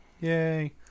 Yay